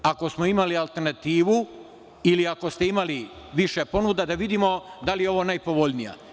Ako smo imali alternativu ili ako ste imali više ponuda, da vidimo da li je ovo najpovoljnija.